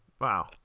Wow